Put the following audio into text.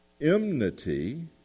enmity